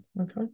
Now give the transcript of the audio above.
Okay